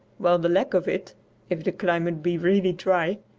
while the lack of it if the climate be really dry,